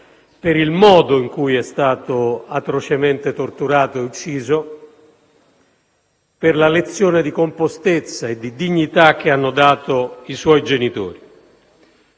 per il modo in cui è stato atrocemente torturato e ucciso e per la lezione di compostezza e di dignità che hanno dato i suoi genitori.